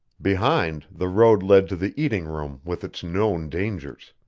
behind, the road led to the eating-room with its known dangers.